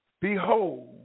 Behold